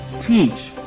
teach